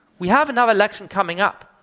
we have another election coming up.